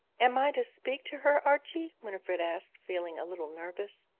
am i to speak to her, archie winifred asked, feeling a little nervous.